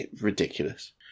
ridiculous